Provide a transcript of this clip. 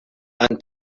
until